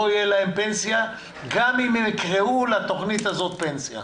תהיה פנסיה גם אם הם יקראו לתוכנית הזאת פנסיה.